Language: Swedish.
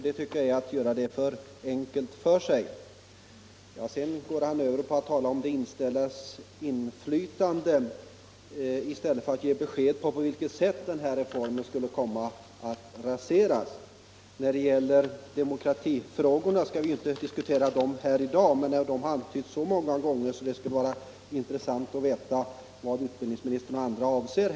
Det tycker jag är att göra det för enkelt för sig. Sedan går han över till att tala om de anställdas inflytande i stället för att ge besked om på vilket sätt den här reformen skulle komma att raseras. Demokratifrågorna skall vi ju inte diskutera i dag, men de har berörts så många gånger att det skulle vara intressant att veta vad utbildningsministern och andra avser.